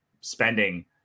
spending